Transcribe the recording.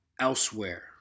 elsewhere